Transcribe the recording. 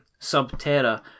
Subterra